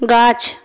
গাছ